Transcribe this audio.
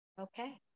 Okay